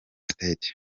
state